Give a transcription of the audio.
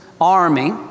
army